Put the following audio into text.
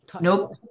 Nope